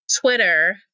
Twitter